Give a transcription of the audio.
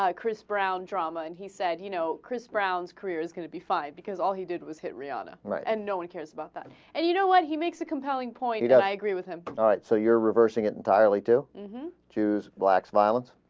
chris brown drama and he said you know chris brown's careers could be five because all he did was hit me on a right and no one cares about that and you know what he makes a compelling pointed out i agree with him alright so you're reversing entirely too his blacks wilds